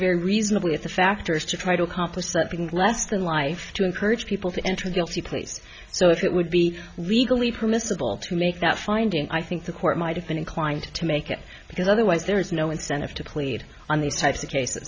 very reasonably at the factors to try to accomplish that being less than life to encourage people to enter guilty pleas so if it would be legally permissible to make that finding i think the court might have been inclined to make it because otherwise there is no incentive to plead on these types of cases